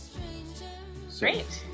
Great